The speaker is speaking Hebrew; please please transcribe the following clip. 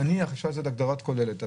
נניח אפשר לעשות הגדרה כוללת.